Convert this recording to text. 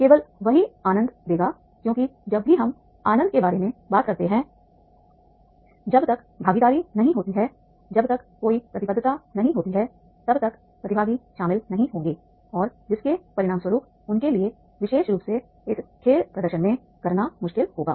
केवल वही आनंद देगा क्योंकि जब भी हम आनंद के बारे में बात करते हैं जब तक भागीदारी नहीं होती है जब तक कोई प्रतिबद्धता नहीं होती है तब तक प्रतिभागी शामिल नहीं होंगे और जिसके परिणामस्वरूप उनके लिए विशेष रूप से इस खेल प्रदर्शन में करना मुश्किल होगा